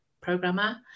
programmer